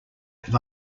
have